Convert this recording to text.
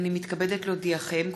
הנני מתכבדת להודיעכם,